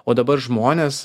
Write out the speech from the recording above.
o dabar žmonės